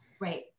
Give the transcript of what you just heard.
Right